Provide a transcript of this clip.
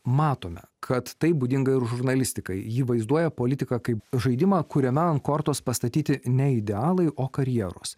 matome kad tai būdinga ir žurnalistikai ji vaizduoja politiką kaip žaidimą kuriame ant kortos pastatyti ne idealai o karjeros